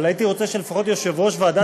אבל הייתי רוצה שלפחות יושב-ראש ועדת הכספים,